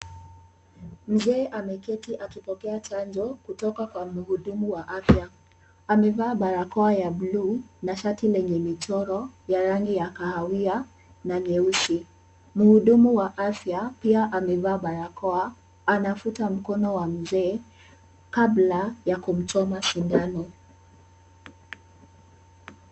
Mzee ameketi akipokea chanjo kutoka kwa mhudumu wa afya. Amevaa barakoa ya bluu na shati lenye michoro ya rangi ya kahawia na nyeusi. Mhudumu wa afya pia amevaa barakoa anafuta mkono wa mzee kabla ya kumchoma sindano.